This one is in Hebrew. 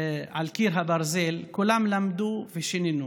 "על קיר הברזל", כולם למדו ושיננו.